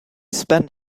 spent